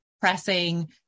pressing